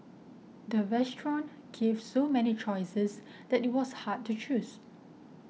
the restaurant gave so many choices that it was hard to choose